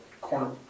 corner